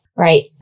Right